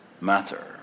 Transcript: matter